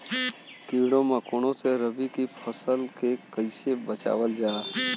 कीड़ों मकोड़ों से रबी की फसल के कइसे बचावल जा?